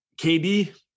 KD